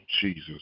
Jesus